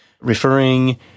referring